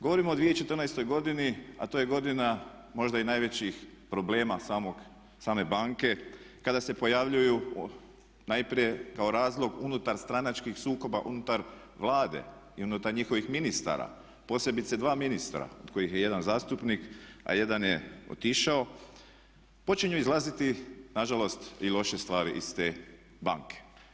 Govorimo o 2014.godini a to je godina možda i najvećih problema same banke kada se pojavljuju najprije kao razlog unutar stranačkih sukoba, unutar Vlade i unutar njihovih ministara posebice dva ministra od kojih je jedan zastupnik a jedan je otišao počinju izlaziti nažalost i loše stvari iz te banke.